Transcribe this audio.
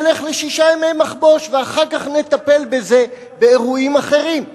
ילך לשישה ימי מחבוש ואחר כך נטפל בזה באירועים אחרים.